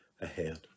ahead